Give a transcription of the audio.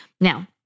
Now